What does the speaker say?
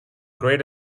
great